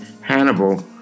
Hannibal